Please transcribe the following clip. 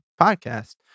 podcast